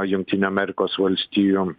jungtinių amerikos valstijų